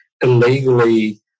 illegally